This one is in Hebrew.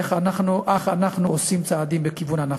אך אנחנו עושים צעדים בכיוון הנכון.